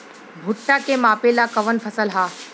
भूट्टा के मापे ला कवन फसल ह?